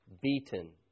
Beaten